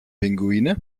pinguine